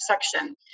section